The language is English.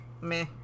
Meh